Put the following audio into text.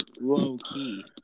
low-key